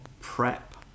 PrEP